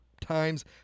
Times